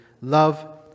Love